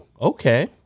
okay